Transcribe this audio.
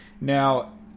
Now